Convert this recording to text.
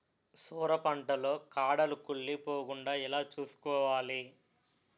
సొర పంట లో కాడలు కుళ్ళి పోకుండా ఎలా చూసుకోవాలి?